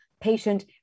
patient